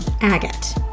Agate